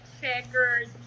checkers